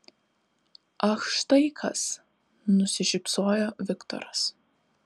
ach štai kas nusišypsojo viktoras